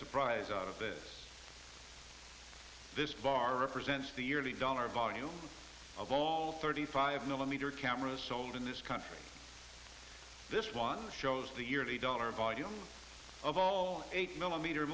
surprise out of this this bar represents the yearly dollar value of all thirty five millimeter camera sold in this country this one shows the year the dollar volume of all eight millimeter